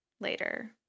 later